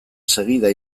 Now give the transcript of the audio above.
segida